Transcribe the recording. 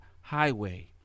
highway